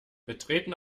betreten